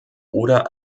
oder